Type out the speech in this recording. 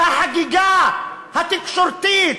והחגיגה התקשורתית,